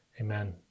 Amen